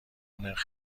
نرخ